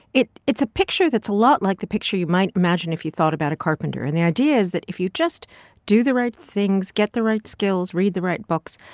it's a picture that's a lot like the picture you might imagine if you thought about a carpenter. and the idea is that if you just do the right things, get the right skills, read the right books,